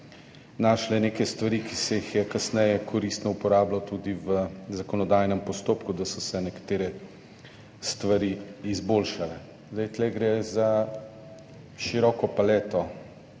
našle neke stvari, ki se jih je kasneje koristno uporabilo tudi v zakonodajnem postopku, da so se nekatere stvari izboljšale. Tu gre za široko paleto